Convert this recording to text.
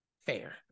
Fair